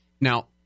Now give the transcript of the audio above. Now